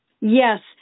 Yes